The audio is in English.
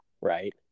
right